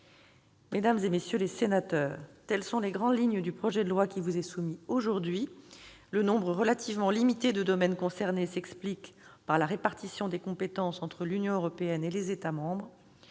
Mesdames, messieurs les sénateurs, telles sont les grandes lignes du projet de loi qui vous est soumis aujourd'hui. Le nombre relativement limité de domaines concernés s'explique par la répartition des compétences entre l'Union européenne et les États membres.